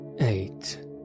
eight